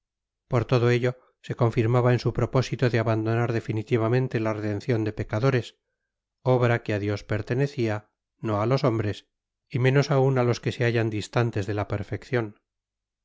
por todo ello se confirmaba en su propósito de abandonar definitivamente la redención de pecadores obra que a dios pertenecía no a los hombres y menos aún a los que se hallan distantes de la perfección